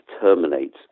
terminate